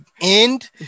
end